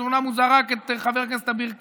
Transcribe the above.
אז אומנם הוא זרק את חבר הכנסת אביר קארה,